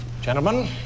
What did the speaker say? Gentlemen